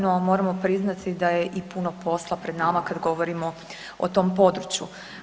No, moramo priznati da je i puno posla pred nama kad govorimo o tom području.